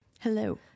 Hello